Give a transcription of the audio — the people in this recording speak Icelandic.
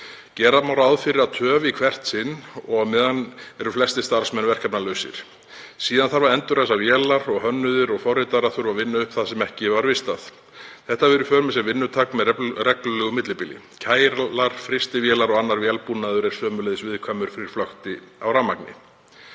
Gera má ráð fyrir töf í hvert sinn og á meðan eru flestir starfsmanna verkefnalausir. Síðar þarf að endurræsa vélar og hönnuðir og forritarar þurfa að vinna upp það sem ekki var vistað. Þetta hefur í för með sér vinnutap með reglulegu millibili. Kælar, frystivélar og annar vélbúnaður er sömuleiðis viðkvæmur fyrir flökti á rafmagni.